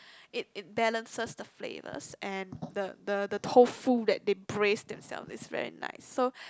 it it balances the flavours and the the the tofu that they braise themselves is very nice so